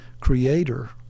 creator